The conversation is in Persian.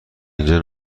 اینجا